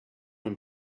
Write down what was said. and